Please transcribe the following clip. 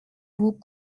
vous